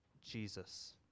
Jesus